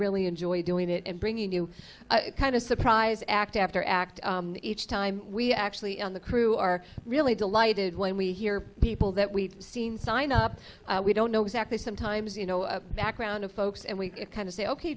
really enjoy doing it and bringing you kind of surprise act after act each time we actually on the crew are really delighted when we hear people that we've seen sign up we don't know exactly sometimes you know a background of folks and we kind of say